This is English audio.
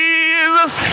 Jesus